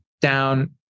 down